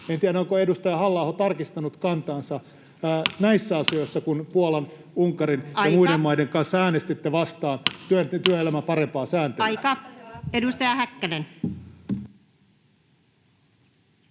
En tiedä, onko edustaja Halla-aho tarkistanut kantaansa näissä asioissa, kun Puolan, Unkarin ja muiden maiden kanssa [Puhemies: Aika!] äänestitte vastaan työelämän parempaa sääntelyä. Aika! — Edustaja Häkkänen.